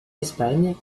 espagne